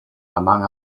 among